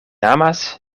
amas